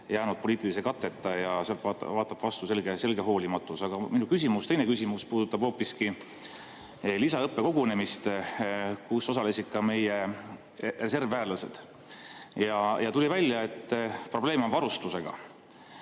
poliitilise katteta ja sealt vaatab vastu selge hoolimatus. Aga minu teine küsimus puudutab hoopiski lisaõppekogunemist, kus osalesid ka meie reservväelased. Ja tuli välja, et probleem on varustusega.